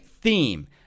theme